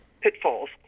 pitfalls